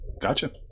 Gotcha